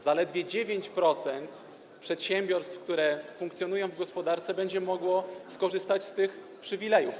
Zaledwie 9% przedsiębiorstw, które funkcjonują w gospodarce, będzie mogło skorzystać z tych przywilejów.